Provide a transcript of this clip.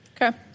Okay